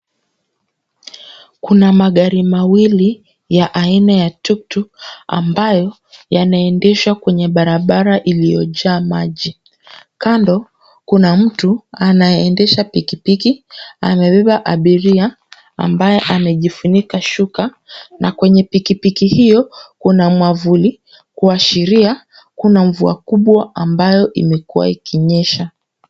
Kuna magari mawili ya aina ya tuk tuk ambayo yanaendeshwa kwenye barabara iliyojaa maji. Kando kuna mtu anayeendesha pikipiki amebeba abiria ambaye amejifunika shuka na kwenye pikipiki hiyo kuna mwavuli kuashiria kuna mvua kubwa ambayo imekua ikinyesha.